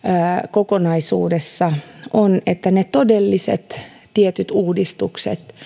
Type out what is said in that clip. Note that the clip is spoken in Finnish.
kokonaisuudessa on että ne tietyt todelliset uudistukset